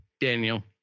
Daniel